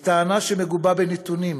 היא טענה שמגובה בנתונים: